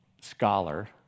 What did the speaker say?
scholar